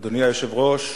אדוני היושב-ראש,